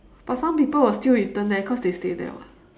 but some people will still return there because they stay there [what]